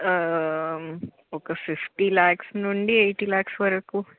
ఒక ఫిఫ్టీ ల్యాక్స్ నుండి ఎయిటీ ల్యాక్స్ వరకు